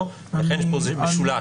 לכן יש פה משולש.